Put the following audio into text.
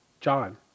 John